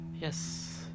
Yes